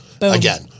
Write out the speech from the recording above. again